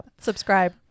Subscribe